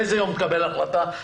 באיזה יום תקבל החלטה?